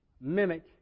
mimic